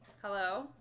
Hello